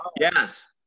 Yes